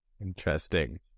interesting